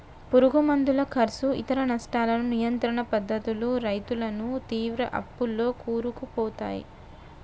పురుగు మందుల కర్సు ఇతర నష్టాలను నియంత్రణ పద్ధతులు రైతులను తీవ్ర అప్పుల్లో కూరుకుపోయాయి